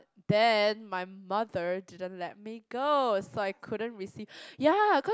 then my mother didn't let me go so I couldn't receive ya cause